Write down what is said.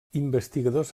investigadors